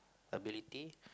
ability